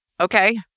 Okay